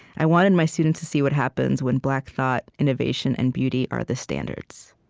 i wanted my students to see what happens when black thought, innovation, and beauty are the standards.